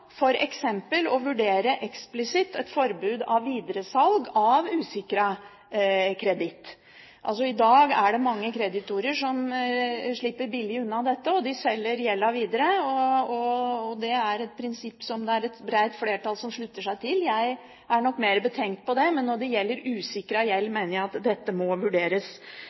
å vurdere eksplisitt et forbud når det gjelder videresalg av usikret kreditt – i dag er det mange kreditorer som slipper billig unna dette, de selger gjelda videre – og det er et prinsipp som et bredt flertall slutter seg til. Jeg er nok mer betenkt på det, men når det gjelder usikret gjeld, mener jeg at dette må vurderes